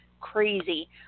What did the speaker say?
crazy